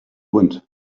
wind